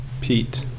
Pete